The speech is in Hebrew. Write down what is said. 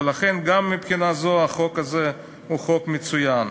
ולכן, גם מבחינה זו, החוק הזה הוא חוק מצוין.